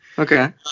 Okay